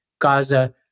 Gaza